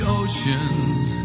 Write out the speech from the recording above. oceans